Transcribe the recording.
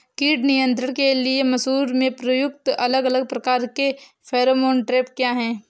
कीट नियंत्रण के लिए मसूर में प्रयुक्त अलग अलग प्रकार के फेरोमोन ट्रैप क्या है?